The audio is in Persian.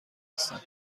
هستند